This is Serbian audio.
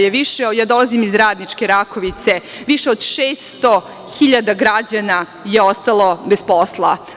Ja dolazim iz radničke Rakovice, više od 600 hiljada građana je ostalo bez posla.